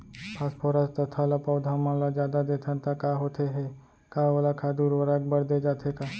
Phosphorus तथा ल पौधा मन ल जादा देथन त का होथे हे, का ओला खाद उर्वरक बर दे जाथे का?